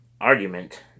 argument